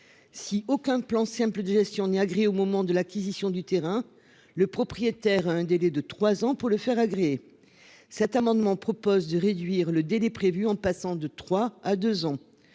Si aucun plan simple digestion ni gris au moment de l'acquisition du terrain. Le propriétaire a un délai de 3 ans pour le faire agréer. Cet amendement propose de réduire le délai prévu en passant de 3 à 2 ans.